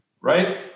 Right